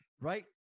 right